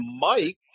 mike